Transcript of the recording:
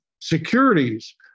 securities